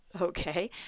Okay